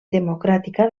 democràtica